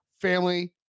family